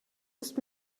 ist